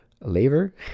labor